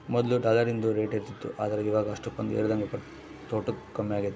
ಮೊದ್ಲು ಡಾಲರಿಂದು ರೇಟ್ ಏರುತಿತ್ತು ಆದ್ರ ಇವಾಗ ಅಷ್ಟಕೊಂದು ಏರದಂಗ ತೊಟೂಗ್ ಕಮ್ಮೆಗೆತೆ